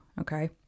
okay